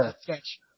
sketch